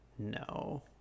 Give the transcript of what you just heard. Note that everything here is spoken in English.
No